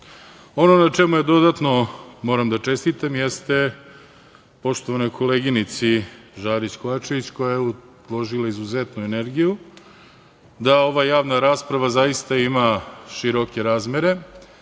na čemu dodatno moram da čestitam poštovanoj koleginici Žarić Kovačević koja je uložila izuzetnu energiju da ova javna rasprava zaista ima široke razmere,